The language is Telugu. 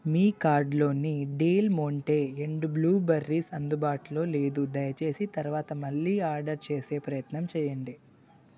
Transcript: మీ కార్డ్లోని Del Monte and blueberries అందుబాటులో లేదు దయచేసి తరువాత మళ్ళీ ఆర్డర్ చేసే ప్రయత్నం చేయండి